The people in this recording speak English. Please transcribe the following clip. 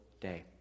day